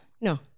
no